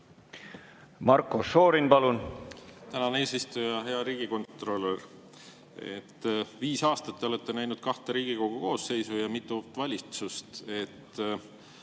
Marko Šorin, palun! Tänan, eesistuja! Hea riigikontrolör! Viie aasta jooksul te olete näinud kahte Riigikogu koosseisu ja mitut valitsust.